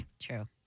True